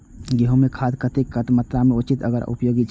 गेंहू में खाद कतेक कतेक मात्रा में देल उचित आर उपयोगी छै?